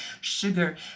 sugar